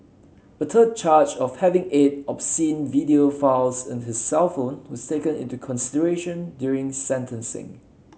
a third charge of having eight obscene video files in his cellphone was taken into consideration during sentencing